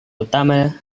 utama